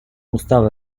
устава